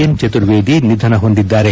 N Chaturvedi ನಿಧನ ಹೊಂದಿದ್ದಾರೆ